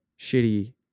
shitty